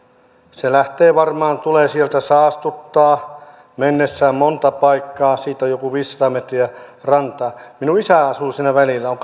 se lähtee varmaan tulemaan sieltä saastuttaa mennessään monta paikkaa siitä on joku viisisataa metriä rantaan minun isäni asuu siinä välillä on